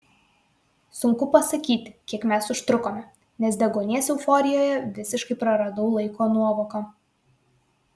sunku pasakyti kiek mes užtrukome nes deguonies euforijoje visiškai praradau laiko nuovoką